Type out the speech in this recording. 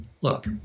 look